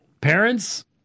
parents